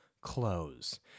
close